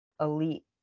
elite